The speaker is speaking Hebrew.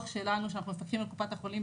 שלנו שאנחנו מפקחים על קופת החולים,